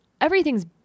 everything's